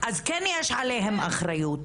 אז כן יש עליהם אחריות.